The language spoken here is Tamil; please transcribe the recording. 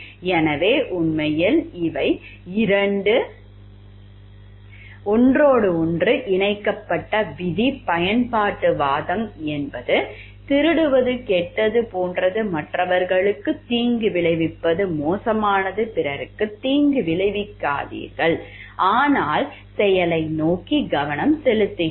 எனவே உண்மையில் இவை 2 ஒன்றோடொன்று இணைக்கப்பட்ட விதி பயன்பாட்டுவாதம் என்பது திருடுவது கெட்டது போன்றது மற்றவர்களுக்கு தீங்கு விளைவிப்பது மோசமானது பிறருக்கு தீங்கு விளைவிக்காதீர்கள் ஆனால் செயலை நோக்கி கவனம் செலுத்துகிறது